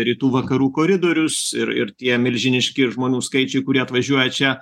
rytų vakarų koridorius ir ir tie milžiniški žmonių skaičiai kurie atvažiuoja čia